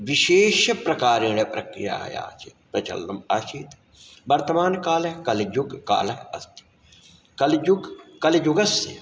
विशेष प्रकारेण प्रक्रियायाः च प्रचलन्म् आसीत् वर्तमान् काल कलियुग् कालः अस्ति कलिजुग् कलियुगस्य